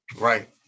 Right